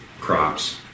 crops